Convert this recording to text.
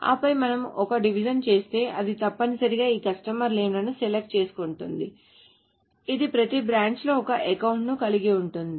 ఆపై మనము ఒక డివిజన్ చేస్తే అది తప్పనిసరిగా ఈ కస్టమర్ నేమ్ లను సెలెక్ట్ చేసుకుంటుంది ఇది ప్రతి బ్రాంచ్ లో ఒక అకౌంట్ ను కలిగి ఉంటుంది